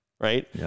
right